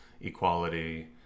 equality